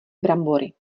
brambory